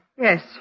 Yes